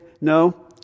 no